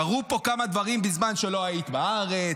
קרו פה כמה דברים בזמן שלא היית בארץ.